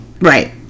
Right